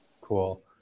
cool